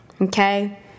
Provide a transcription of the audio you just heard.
Okay